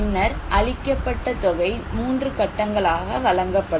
பின்னர் அளிக்கப்பட்ட தொகை 3 கட்டங்களாக வழங்கப்படும்